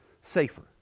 safer